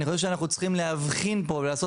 אני חושב שאנחנו צריכים להבחין ולעשות